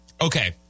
Okay